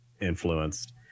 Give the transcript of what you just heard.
influenced